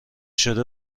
شده